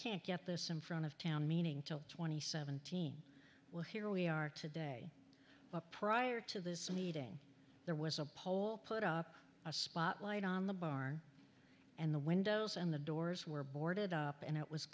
can't get this in front of town meaning to twenty seventeen well here we are today prior to this meeting there was a poll put up a spotlight on the bar and the windows and the doors were boarded up and it was